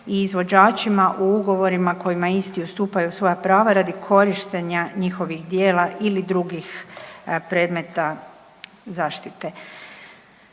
i izvođačima u ugovorima koji isti ustupaju svoja prava radi korištenja njihovih djela ili drugih predmeta zaštite.